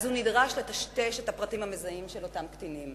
ואז הוא נדרש לטשטש את הפרטים המזהים של אותם קטינים.